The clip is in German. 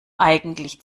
eigentlich